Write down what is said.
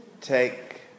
take